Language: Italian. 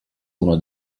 uno